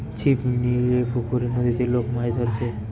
ছিপ লিয়ে পুকুরে, নদীতে লোক মাছ ধরছে